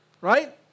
Right